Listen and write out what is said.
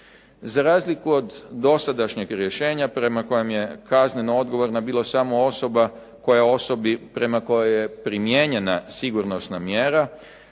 Za razliku od dosadašnjeg rješenja prema kojem je kazneno odgovorna bila samo osoba koja osobi prema kojoj je primijenjena sigurnosna mjera